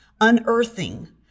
unearthing